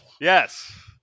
Yes